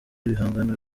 ibihangano